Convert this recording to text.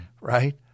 right